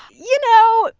you know,